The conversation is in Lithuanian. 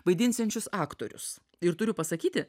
vaidinsiančius aktorius ir turiu pasakyti